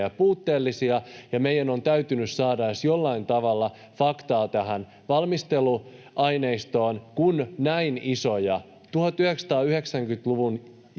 ja puutteellisia, ja meidän on täytynyt saada edes jollain tavalla faktaa tähän valmisteluaineistoon, kun on kyse